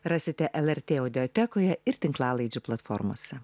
rasite lrt audiotekoje ir tinklalaidžių platformose